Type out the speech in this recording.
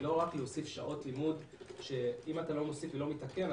ולא רק להוסיף שעות לימוד שאם אתה לא מוסיף ולא מתקן,